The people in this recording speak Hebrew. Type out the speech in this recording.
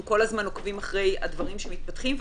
אנחנו כל הזמן עוקבים אחרי הדברים שמתפתחים,